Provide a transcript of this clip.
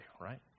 right